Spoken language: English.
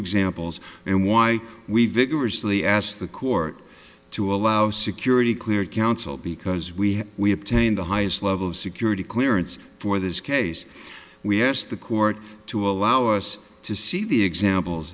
examples and why we vigorously asked the court to allow security clear counsel because we have we obtained the highest level of security clearance for this case we asked the court to allow us to see the examples